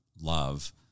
love